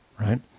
right